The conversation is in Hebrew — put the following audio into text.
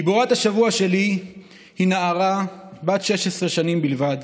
גיבורת השבוע שלי היא נערה בת 16 שנים בלבד